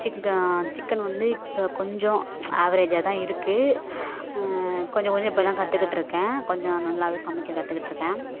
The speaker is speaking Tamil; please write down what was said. சிக் சிக்கன் வந்து இப்போ கொஞ்சம் ஆவரேஜாக தான் இருக்குது கொஞ்சம் கொஞ்சம் இப்போ தான் கற்றுக்கிட்ருக்கேன் கொஞ்சம் நல்லாவே சமைக்க கற்றுக்கிட்ருக்கேன்